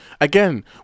again